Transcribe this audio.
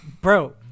Bro